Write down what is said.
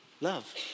Love